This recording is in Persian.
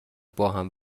باهم